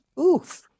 Oof